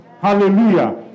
Hallelujah